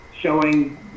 showing